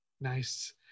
Nice